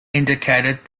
indicated